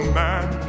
man